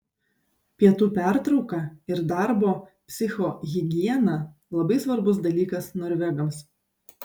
pietų pertrauka ir darbo psichohigiena labai svarbus dalykas norvegams